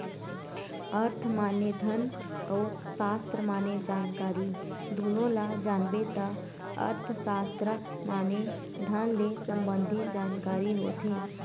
अर्थ माने धन अउ सास्त्र माने जानकारी दुनो ल जानबे त अर्थसास्त्र माने धन ले संबंधी जानकारी होथे